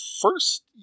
first –